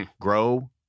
Grow